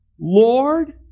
Lord